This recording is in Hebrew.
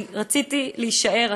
כי רציתי להישאר,